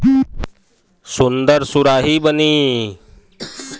सुन्दर सुराही बनी